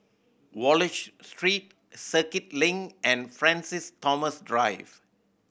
Wallich Street Circuit Link and Francis Thomas Drive